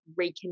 reconnect